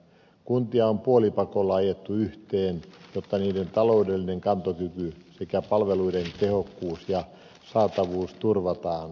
kuntia on puolipakolla ajettu yhteen jotta niiden taloudellinen kantokyky sekä palveluiden tehokkuus ja saatavuus turvataan